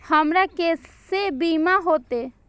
हमरा केसे बीमा होते?